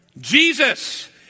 Jesus